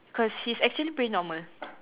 cause he's actually pretty normal